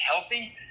healthy